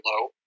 low